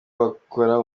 bakora